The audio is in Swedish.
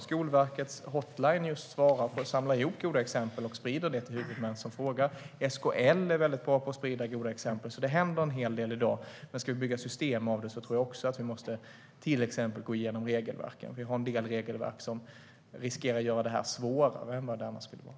Skolverkets hotline svarar för att samla ihop goda exempel och sprida dem till huvudmän som frågar. SKL är också bra på att sprida goda exempel. Det händer alltså en hel del i dag. Men ska vi bygga system av det tror också jag att vi till exempel måste gå igenom regelverken. Vi har en del regelverk som riskerar att göra detta svårare än vad det annars skulle vara.